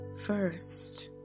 first